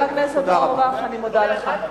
חבר הכנסת אורבך, אני מודה לך.